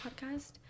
podcast